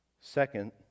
Second